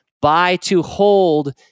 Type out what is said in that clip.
buy-to-hold